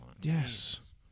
Yes